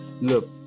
look